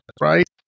right